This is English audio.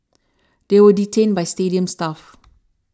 they were detained by stadium staff